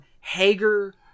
Hager